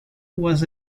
was